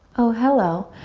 oh, hello.